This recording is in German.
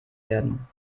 werden